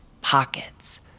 pockets